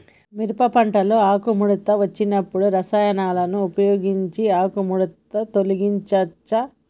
మిరప పంటలో ఆకుముడత వచ్చినప్పుడు రసాయనాలను ఉపయోగించి ఆకుముడత తొలగించచ్చా?